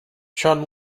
chun